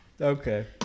Okay